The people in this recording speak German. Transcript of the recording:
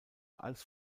als